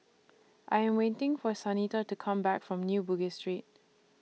I Am waiting For Shanita to Come Back from New Bugis Street